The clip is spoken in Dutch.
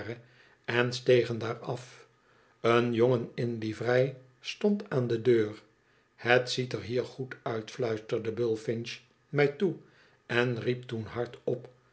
en stegen daar af een jongen in livrei stond aan de deur het ziet er hier goed uit fluisterde bullfinch mij toe en riep toen hardop